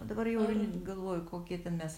dabar jau galvoju kokie ten mes